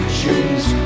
choose